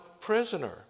prisoner